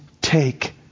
take